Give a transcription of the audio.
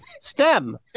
stem